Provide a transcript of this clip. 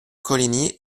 coligny